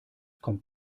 kommt